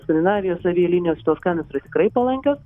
skandinavijos avialinijos tos kainos yra tikrai palankios